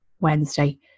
Wednesday